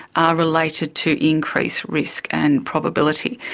are related to increased risk and probability.